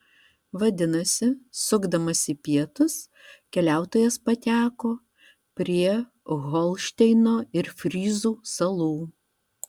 vadinasi sukdamas į pietus keliautojas pateko prie holšteino ir fryzų salų